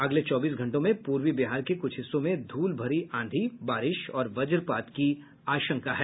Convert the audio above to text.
अगले चौबीस घंटों में पूर्वी बिहार के कुछ हिस्सों में धूल भरी आंधी बारिश और वज्रपात की आशंका है